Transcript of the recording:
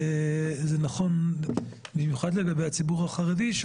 זה נכון במיוחד לגבי הציבור החרדי,